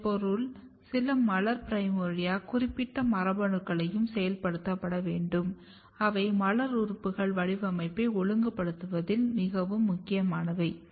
இதன் பொருள் சில மலர் பிரைமோர்டியா குறிப்பிட்ட மரபணுக்களையும் செயல்படுத்த வேண்டும் அவை மலர் உறுப்பு வடிவமைப்பை ஒழுங்குபடுத்துவதில் மிகவும் முக்கியமானவை